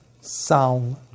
Sound